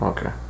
Okay